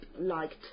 liked